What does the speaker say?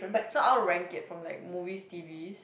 so I would rank it from like movies T_V